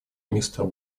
мистер